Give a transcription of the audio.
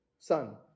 son